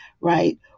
right